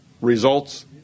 results